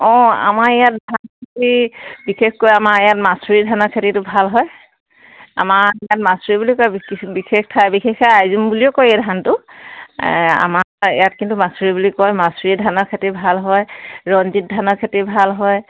অঁ আমাৰ ইয়াত ধান খেতি বিশেষকৈ আমাৰ ইয়াত মাচৰি ধানৰ খেতিটো ভাল হয় আমাৰ ইয়াত মাচৰি বুলি কয় বিশেষ ঠাই বিশেষকৈ আইজোং বুলিও কয় এই ধানটো আমাৰ ইয়াত কিন্তু মাচৰি বুলি কয় মাচৰি ধানৰ খেতি ভাল হয় ৰঞ্জিত ধানৰ খেতি ভাল হয়